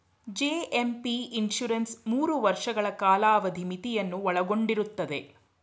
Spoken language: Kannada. ಜಿ.ಎ.ಪಿ ಇನ್ಸೂರೆನ್ಸ್ ಮೂರು ವರ್ಷಗಳ ಕಾಲಾವಧಿ ಮಿತಿಯನ್ನು ಒಳಗೊಂಡಿರುತ್ತದೆ